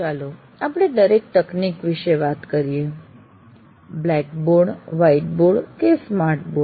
ચાલો આપણે દરેક તકનીક વિષે વાત કરીએ બ્લેકબોર્ડ વ્હાઈટ બોર્ડ કે સ્માર્ટ બોર્ડ